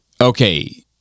okay